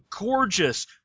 gorgeous